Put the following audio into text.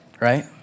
right